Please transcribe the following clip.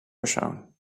persoon